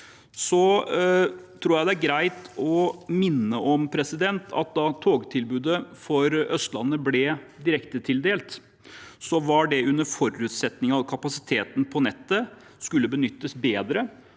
Jeg tror det er greit å minne om at da togtilbudet for Østlandet ble direktetildelt, var det under forutsetning av at kapasiteten på nettet skulle benyttes bedre.